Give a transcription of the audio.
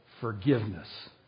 forgiveness